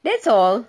that's all